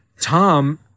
Tom